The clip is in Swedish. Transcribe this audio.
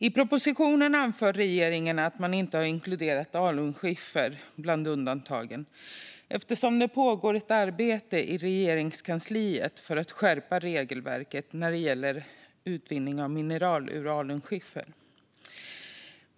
I propositionen anför regeringen att man inte har inkluderat alunskiffer bland undantagen eftersom det pågår ett arbete i Regeringskansliet för att skärpa regelverket när det gäller utvinning av mineral ur alunskiffer.